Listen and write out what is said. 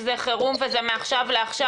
זה נתון ותחום שהוא לוט בערפל ממש,